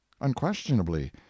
unquestionably